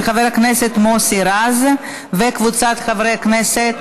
של חבר הכנסת מוסי רז וקבוצת חברי הכנסת.